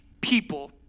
people